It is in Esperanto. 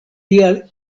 tial